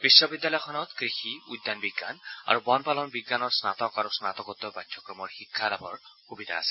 বিখ্ববিদ্যালয়খনত কৃষি উদ্যান বিজ্ঞান আৰু বনপালন বিজ্ঞানৰ স্নাতক আৰু স্নাতকোত্তৰ পাঠ্যক্ৰমৰ শিক্ষা লাভৰ সূবিধা আছে